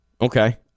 okay